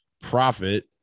profit